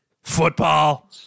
football